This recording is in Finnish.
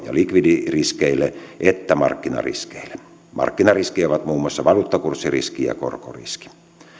ja likvidiysriskeille että markkinariskeille markkinariskejä ovat muun muassa valuuttakurssiriski ja korkoriski